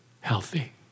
healthy